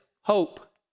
Hope